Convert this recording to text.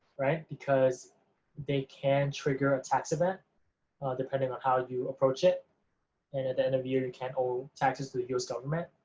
right, because they can trigger a tax event depending on how you approach it, and at the end of the year, you can owe taxes to the us government,